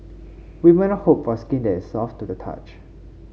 women hope for skin that is soft to the touch